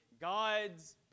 God's